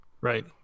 Right